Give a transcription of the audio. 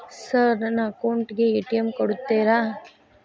Sir ನನ್ನ account ಗೆ ATM ಕೊಡುತ್ತೇರಾ?